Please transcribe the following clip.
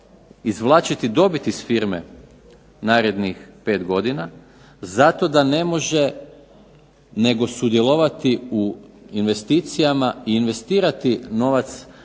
izvlačiti dobit iz firme narednih 5 godina, zato da ne može nego sudjelovati u investicijama i investirati novac